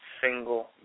single